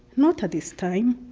not at this time.